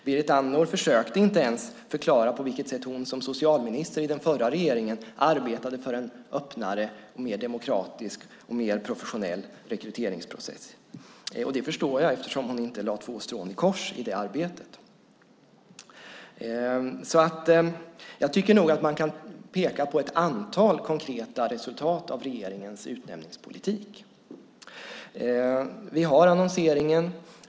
Berit Andnor försökte inte ens förklara på vilket sätt hon som socialminister i den förra regeringen arbetade för en öppnare, mer demokratisk, mer professionell rekryteringsprocess. Det förstår jag eftersom hon inte lade två strån i kors i det arbetet. Jag tycker nog att man kan peka på ett antal konkreta resultat av regeringens utnämningspolitik. Vi har annonseringen.